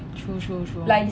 true true true